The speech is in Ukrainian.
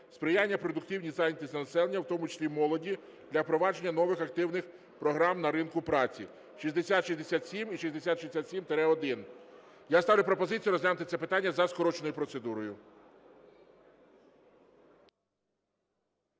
сприяння продуктивній зайнятості населення, у тому числі молоді, та впровадження нових активних програм на ринку праці, 6067 і 6067-1. Я ставлю пропозицію розглянути це питання за скороченою процедурою.